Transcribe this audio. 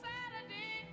Saturday